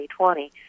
2020